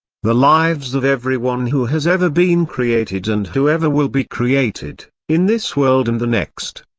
the lives of everyone who has ever been created and whoever will be created, in this world and the next,